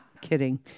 kidding